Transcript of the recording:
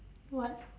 what